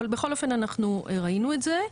בכל אופן אנחנו ראינו את זה.